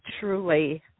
truly